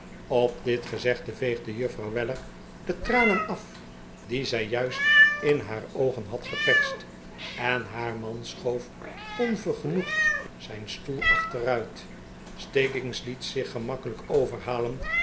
op dit gezegde veegde juffrouw weller de tranen af die zij juist in haar oogen had geperst en haar man schoof onvergenoegd zijn stoel achteruit stiggins liet zich'gemakkeiijk overhalen